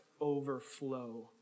overflow